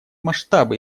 масштабы